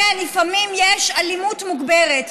וכן, לפעמים יש אלימות מוגברת.